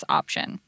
option